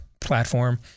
platform